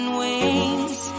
wings